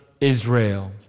Israel